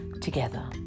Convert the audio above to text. together